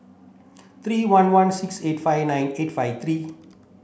three one one six eight five nine eight five three